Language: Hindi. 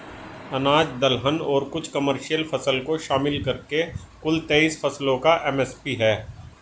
अनाज दलहन और कुछ कमर्शियल फसल को शामिल करके कुल तेईस फसलों का एम.एस.पी है